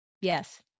Yes